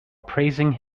praising